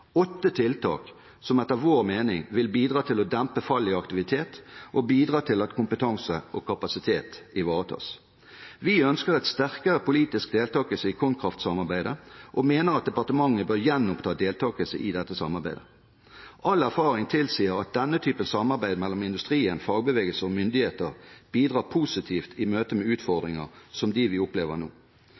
åtte tiltak som etter vår mening vil bidra til å dempe fallet i aktivitet og bidra til at kompetanse og kapasitet ivaretas. Vi ønsker en sterkere politisk deltakelse i KonKraft-samarbeidet og mener at departementet bør gjenoppta deltakelse i dette samarbeidet. All erfaring tilsier at denne typen samarbeid mellom industri, fagbevegelse og myndigheter bidrar positivt i møte med utfordringer som dem vi opplever nå.